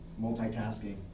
multitasking